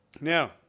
Now